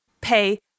pay